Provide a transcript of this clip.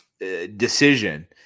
decision